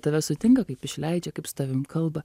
tave sutinka kaip išleidžia kaip su tavim kalba